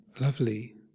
lovely